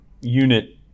unit